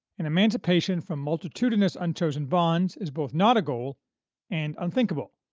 and emancipation from multitudinous unchosen bonds is both not a goal and unthinkable.